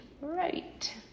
Right